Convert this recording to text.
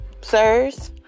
sirs